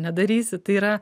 nedarysiu tai yra